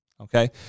okay